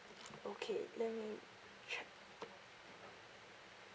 okay let me check